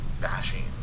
bashing